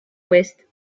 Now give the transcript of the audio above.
ouest